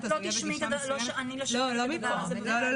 לא כאן.